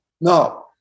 No